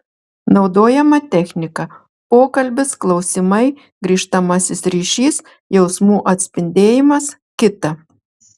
naudojama technika pokalbis klausimai grįžtamasis ryšys jausmų atspindėjimas kita